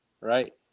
Right